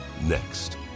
Next